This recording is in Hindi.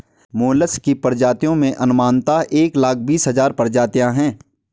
मोलस्क की प्रजातियों में अनुमानतः एक लाख बीस हज़ार प्रजातियां है